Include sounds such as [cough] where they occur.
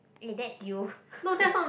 eh that's you [laughs]